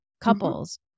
couples